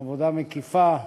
עבודה מקיפה,